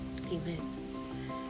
Amen